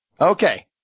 Okay